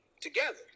together